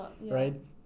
Right